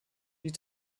die